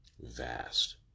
vast